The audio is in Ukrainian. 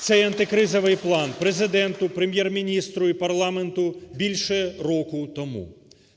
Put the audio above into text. цей антикризовий план Президенту, Прем'єр-міністру і парламенту більше року тому.